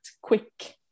quick